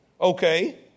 Okay